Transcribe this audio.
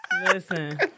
Listen